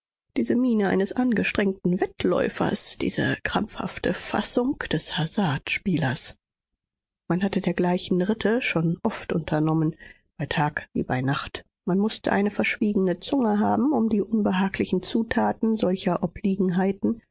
diese miene eines angestrengten wettläufers diese krampfhafte fassung des hasardspielers man hatte dergleichen ritte schon oft unternommen bei tag wie bei nacht man mußte eine verschwiegene zunge haben um die unbehaglichen zutaten solcher obliegenheiten